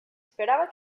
esperaba